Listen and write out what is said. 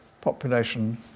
population